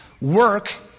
work